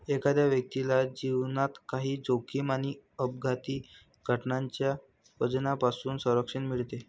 एखाद्या व्यक्तीला जीवनात काही जोखीम आणि अपघाती घटनांच्या वजनापासून संरक्षण मिळते